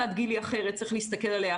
שצריך לפתוח את הגנים.